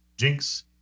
Jinx